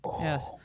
Yes